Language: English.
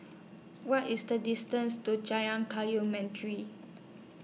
What IS The distance to Jalan Kayu Mantri